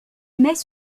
mais